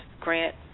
grant